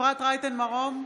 אפרת רייטן מרום,